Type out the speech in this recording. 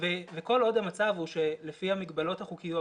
וכל עוד המצב הוא שלפי המגבלות החוקיות